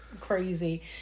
crazy